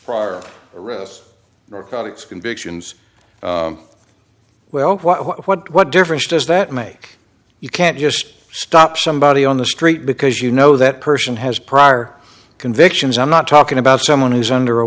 it's convictions well what difference does that make you can't just stop somebody on the street because you know that person has prior convictions i'm not talking about someone who's under a